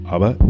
Aber